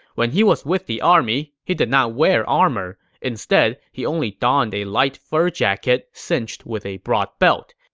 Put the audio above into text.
when he was with the army, he did not wear armor. instead, he only donned a light fur jacket cinched with a broad belt,